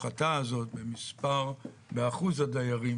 ההפחתה הזאת באחוז הדיירים